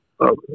Okay